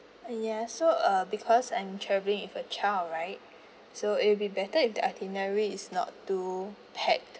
uh ya so uh because I'm travelling with a child right so it'll be better if the itinerary is not too packed